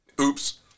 Oops